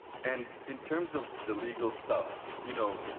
and, in terms of the legal stuff, you know,